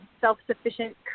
self-sufficient